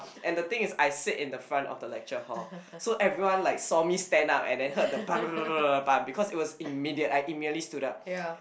and the thing is I sit in the front of the lecture hall so everyone like saw me stand up and then heard the because it was immediate I immediately stood up